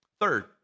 Third